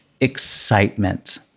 excitement